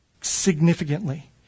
significantly